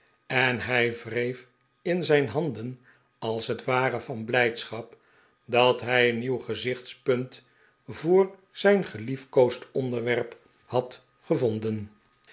en hij wreef in zijn handen als het ware van blijdschap dat hij een nieuw gezichtspunt voor zijn geliefkoosd onderwerp had gevonden